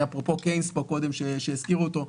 אפרופו קיינס פה קודם שהזכירו אותו,